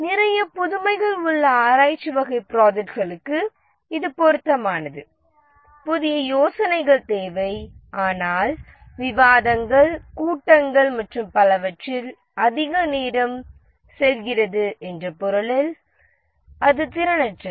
நிறைய புதுமைகள் உள்ள ஆராய்ச்சி வகை ப்ராஜெக்ட்களுக்கு இது பொருத்தமானது புதிய யோசனைகள் தேவை ஆனால் விவாதங்கள் கூட்டங்கள் மற்றும் பலவற்றில் அதிக நேரம் செல்கிறது என்ற பொருளில் அது திறனற்றது